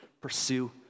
pursue